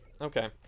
okay